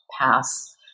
pass